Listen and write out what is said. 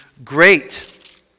great